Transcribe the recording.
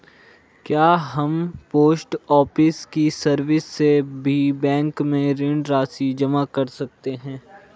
क्या हम post office की सर्विस से भी बैंक में ऋण राशि जमा कर सकते हैं?